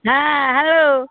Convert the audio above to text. হ্যাঁ হ্যালো